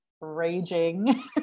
raging